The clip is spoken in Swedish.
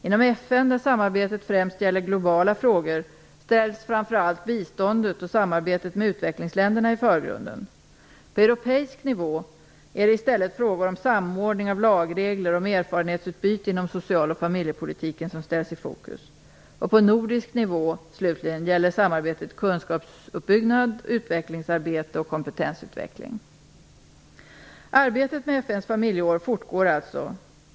Inom FN, där samarbetet främst gäller globala frågor, ställs framför allt biståndet och samarbetet med utvecklingsländerna i förgrunden. På europeisk nivå är det i stället frågor om samordning av lagregler och om erfarenhetsutbyte inom social och familjepolitiken som ställs i fokus. Och på nordisk nivå slutligen, gäller samarbetet kunskapsuppbyggnad, utvecklingsarbete och kompetensutveckling. Arbetet med FN:s familjeår fortgår alltså.